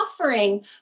offering